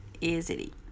easily